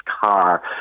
car